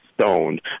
stoned